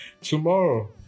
Tomorrow